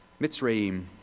Mitzrayim